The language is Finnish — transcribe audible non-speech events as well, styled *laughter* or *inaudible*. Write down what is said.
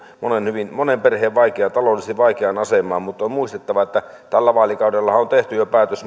siihen monen perheen taloudellisesti vaikeaan asemaan mutta on on muistettava että tällä vaalikaudellahan on tehty jo päätös *unintelligible*